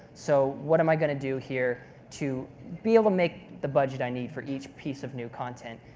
so what am i going to do here to be able to make the budget i need for each piece of new content.